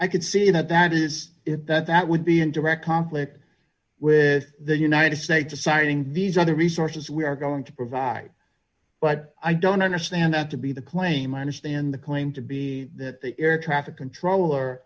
can see that that is it that that would be in direct conflict with the united states assigning these other resources we are going to provide but i don't understand that to be the claim i understand the claim to be that the air traffic controller